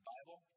Bible